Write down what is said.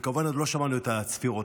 וכמובן עוד לא שמענו את הצפירות,